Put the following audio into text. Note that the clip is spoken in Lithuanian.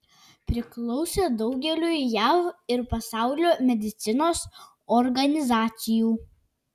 priklausė daugeliui jav ir pasaulio medicinos organizacijų